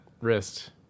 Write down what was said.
wrist